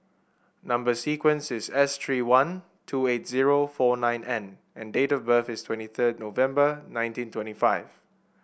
number sequence is S three one two eight zero four nine N and date of birth is twenty third November nineteen twenty five